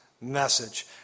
message